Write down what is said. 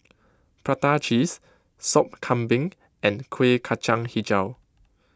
Prata Cheese Sop Kambing and Kueh Kacang HiJau